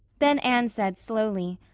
then anne said slowly,